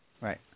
Right